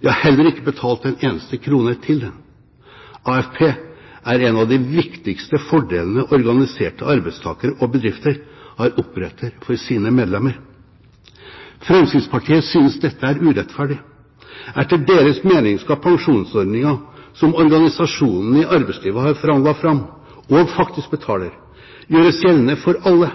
De har heller ikke betalt en eneste krone til den. AFP er en av de viktigste fordelene organiserte arbeidstakere og bedrifter har opprettet for sine medlemmer. Fremskrittspartiet synes dette er urettferdig. Etter deres mening skal pensjonsordningen som organisasjonene i arbeidslivet har forhandlet fram og faktisk betaler, gjøres gjeldende for alle.